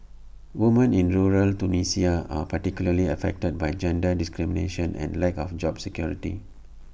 women in rural Tunisia are particularly affected by gender discrimination and lack of job security